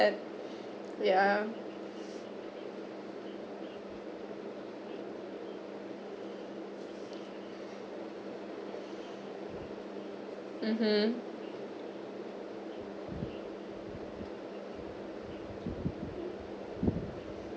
ya mmhmm